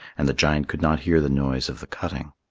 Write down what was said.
and the giant could not hear the noise of the cutting.